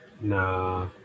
Nah